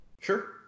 Sure